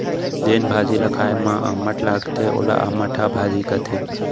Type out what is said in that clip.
जेन भाजी ल खाए म अम्मठ लागथे वोला अमटहा भाजी कथें